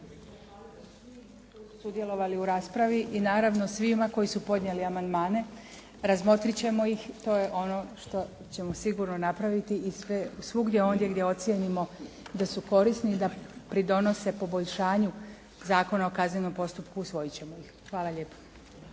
se zahvaliti svim koji su sudjelovali u raspravi i naravno svima koji su podnijeli amandmane. Razmotriti ćemo ih, to je ono što ćemo sigurno napraviti i svugdje ondje gdje ocijenimo da su korisni i da pridonose poboljšanju Zakona o kaznenom postupku, usvojit ćemo ih. Hvala lijepo.